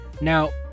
Now